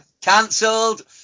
Cancelled